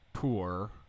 tour